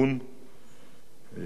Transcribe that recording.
איש ביטחון,